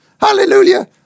Hallelujah